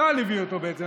צה"ל הביא אותו בעצם,